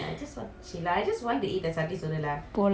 போ:po lah